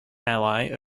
ally